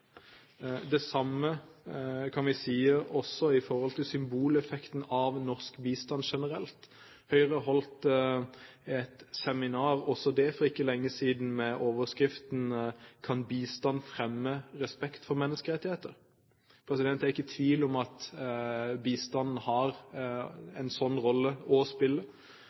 Det samme kan vi si også når det gjelder symboleffekten av norsk bistand generelt. Høyre holdt et seminar – også det for ikke lenge siden – med overskriften: «Kan bistand fremme demokrati og menneskerettigheter?» Det er ikke tvil om at bistand spiller en sånn rolle.